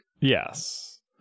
Yes